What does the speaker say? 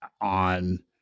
on